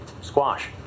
squash